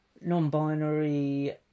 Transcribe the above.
non-binary